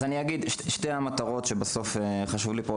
אני אציג את המטרות שבסוף חשוב לי להשיג,